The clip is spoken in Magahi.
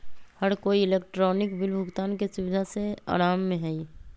हर कोई इलेक्ट्रॉनिक बिल भुगतान के सुविधा से आराम में हई